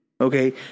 okay